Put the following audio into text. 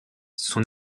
son